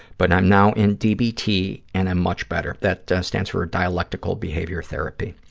but i'm now in dbt and i'm much better. that stands for dialectical behavior therapy.